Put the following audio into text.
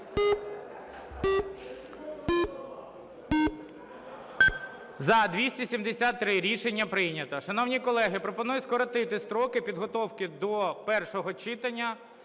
За-273 Рішення прийнято. Шановні колеги, пропоную скоротити строки підготовки до першого читання